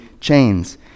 chains